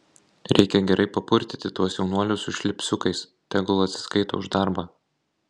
reikia gerai papurtyti tuos jaunuolius su šlipsiukais tegul atsiskaito už darbą